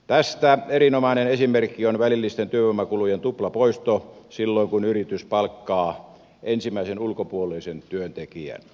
tästä erinomainen esimerkki on välillisten työvoimakulujen tuplapoisto silloin kun yritys palkkaa ensimmäisen ulkopuolisen työntekijän